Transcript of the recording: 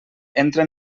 entra